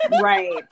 right